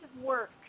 work